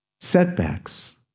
setbacks